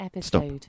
stop